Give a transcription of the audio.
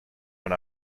when